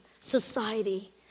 society